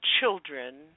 children